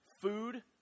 food